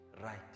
right